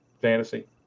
fantasy